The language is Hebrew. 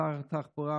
שרת תחבורה